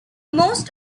most